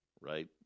right